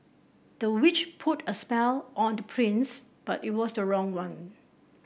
the witch put a spell on the prince but it was the wrong one